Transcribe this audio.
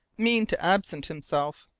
mean to absent himself?